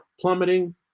plummeting